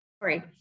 Sorry